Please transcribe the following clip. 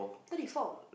thirty four